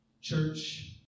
church